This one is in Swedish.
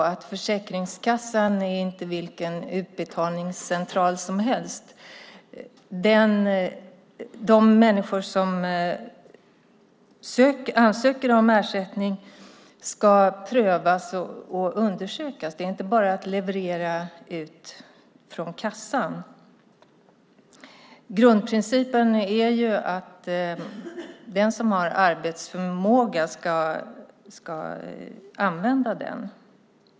Försäkringskassan är inte vilken utbetalningscentral som helst. De människor som ansöker om ersättning ska prövas och undersökas. Det är inte bara att leverera ut från kassan. Grundprincipen är att den som har arbetsförmåga ska använda den.